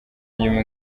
inyuma